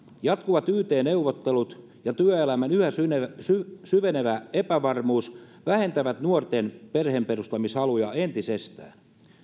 jatkuvat yt neuvottelut ja työelämän yhä syvenevä epävarmuus vähentävät nuorten perheenperustamishaluja entisestään